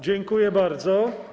Dziękuję bardzo.